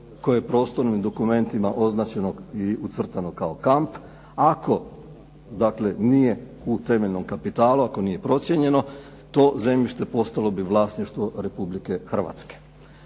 koje je u prostornim dokumentima označeno i ucrtano kao kamp ako dakle nije u temeljnom kapitalu, ako nije procijenjeno, to zemljište postalo bi vlasništvo Republike Hrvatske.